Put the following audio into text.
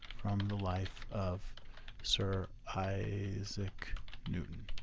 from the life of sir isaac newton.